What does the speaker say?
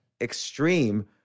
extreme